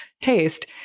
taste